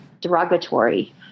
derogatory